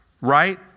Right